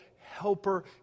helper